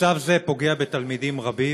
מצב זה פוגע בתלמידים רבים,